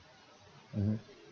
mmhmm